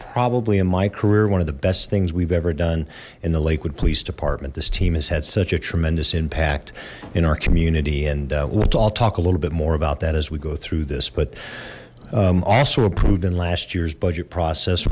probably in my career one of the best things we've ever done in the lakewood police department this team has had such a tremendous impact in our community and let's all talk a little bit more about that as we go through this but also approved in last year's budget process